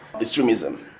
extremism